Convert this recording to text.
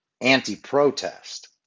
anti-protest